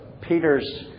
Peter's